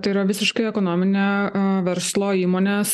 tai yra visiškai ekonominė verslo įmonės